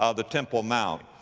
ah the temple mount.